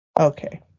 Okay